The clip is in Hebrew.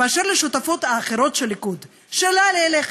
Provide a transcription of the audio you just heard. אשר לשותפות האחרות של הליכוד, שאלה לי אליכם: